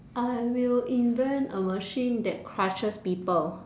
I will invent a machine that crushes people